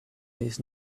his